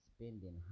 spending